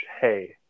hey